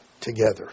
together